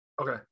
Okay